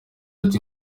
ati